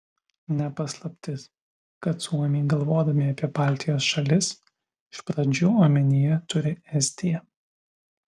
ne paslaptis kad suomiai galvodami apie baltijos šalis iš pradžių omenyje turi estiją